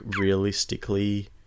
realistically